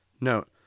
Note